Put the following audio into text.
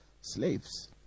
slaves